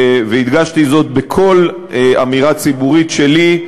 והדגשתי זאת בכל אמירה ציבורית שלי,